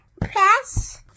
Press